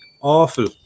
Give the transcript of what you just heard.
awful